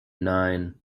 nine